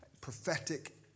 prophetic